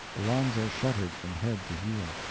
alonzo shuddered from head to heel.